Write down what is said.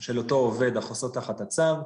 של אותו עובד החוסה תחת הצו,